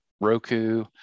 roku